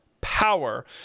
power